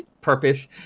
purpose